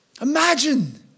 Imagine